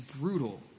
brutal